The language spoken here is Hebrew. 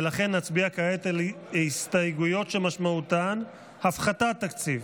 ולכן נצביע כעת על הסתייגויות שמשמעותן הפחתת תקציב.